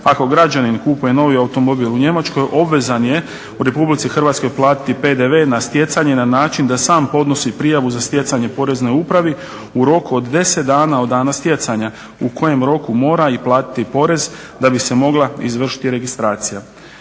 ako građanin kupuje novi automobili u Njemačkoj obvezan je u RH platiti PDV na stjecanje na način da sam podnosi prijavu za stjecanje poreznoj upravi u roku od 10 dana od dana stjecanja, u kojem roku mora i platiti porez da bi se mogla izvršiti registracija.